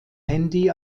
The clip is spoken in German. handy